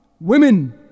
Women